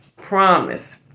promise